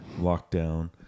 lockdown